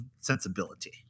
sensibility